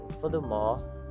furthermore